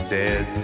dead